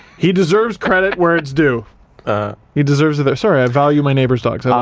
he deserves credit where it's due he deserves it there. sorry, i value my neighbor's dogs, ah